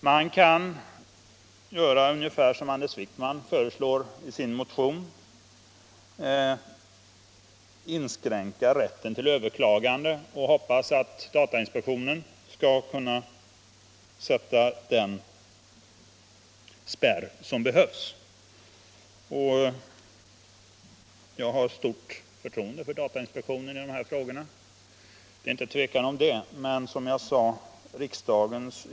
Man kan göra ungefär som Anders Wijkman föreslår i sin motion, inskränka rätten till överklagande och hoppas att datainspektionen skall kunna sätta upp den spärr som behövs. Jag har utan tvekan stort förtroende för datainspektionen i dessa frågor, men riksdagens.